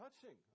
touching